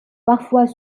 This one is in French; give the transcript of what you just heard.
parfois